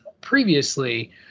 previously